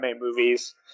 movies